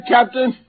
Captain